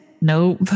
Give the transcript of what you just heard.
Nope